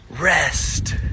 Rest